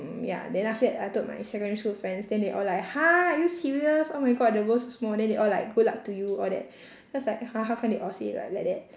mm ya then after that I told my secondary school friends then they all like !huh! are you serious oh my god the world so small then they all like good luck to you all that I was like !huh! how come they all say like like that